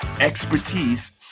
expertise